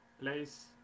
place